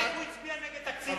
אז איך הוא הצביע נגד תקציב נפלא כזה?